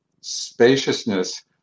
spaciousness